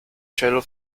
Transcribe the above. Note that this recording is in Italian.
cielo